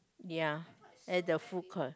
ya at the food court